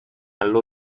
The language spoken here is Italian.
allo